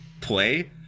play